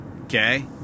Okay